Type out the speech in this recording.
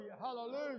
Hallelujah